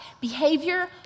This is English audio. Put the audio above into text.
Behavior